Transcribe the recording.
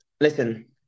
Listen